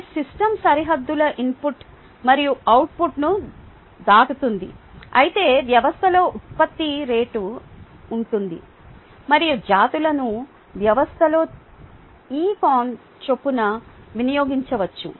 ఇది సిస్టమ్ సరిహద్దుల ఇన్పుట్ మరియు అవుట్పుట్ను దాటుతుంది అయితే వ్యవస్థలో ఉత్పత్తి rgen రేటుతో ఉంటుంది మరియు జాతులను వ్యవస్థలో rcon చొప్పున వినియోగించవచ్చు